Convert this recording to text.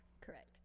Correct